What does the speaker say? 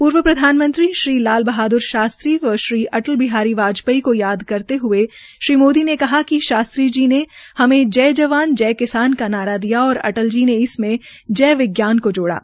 पूर्व प्रधानमंत्री श्री लाल बहाद्र शास्त्री व श्री अटल बिहारी वाजपेयी को याद करते हये श्री मोदी ने कहा कि शास्त्री जी ने हमे जय जवान जय किसान का नारा दिया और अटली जी ने इसमे जय विज्ञान को जोड़ा